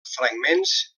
fragments